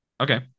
Okay